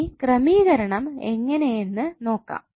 ഇനി ക്രമീകരണം എങ്ങനെ എന്ന് നോക്കാം